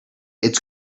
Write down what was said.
it’s